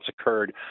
occurred